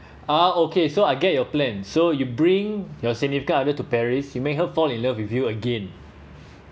ah okay so I get your plan so you bring your significant other to paris you make her fall in love with you again